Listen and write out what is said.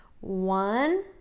one